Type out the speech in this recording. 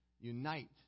unite